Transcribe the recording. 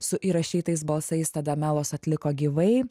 su įrašytais balsais tada melas atliko gyvai